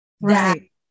right